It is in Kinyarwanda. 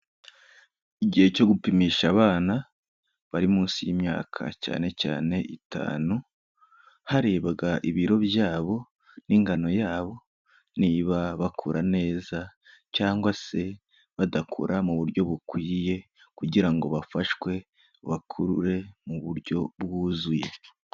Igihe cyo gupimisha abana bari munsi y'imyaka cyane cyane itanu, harebwa ibiro byabo n'ingano yabo, niba bakura neza cyangwa se badakura mu buryo bukwiye; kugira ngo bafashwe bakure mu buryo bwuzuye.